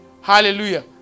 Hallelujah